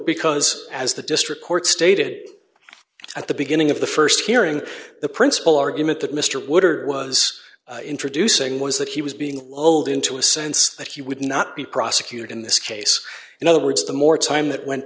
because as the district court stated at the beginning of the st hearing the principal argument that mr wood or was introducing was that he was being loaded into a sense that he would not be prosecuted in this case in other words the more time that went